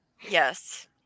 Yes